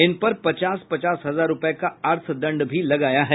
इन पर पचास पचास हजार रुपये का अर्थदंड भी लगाया गया है